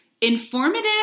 informative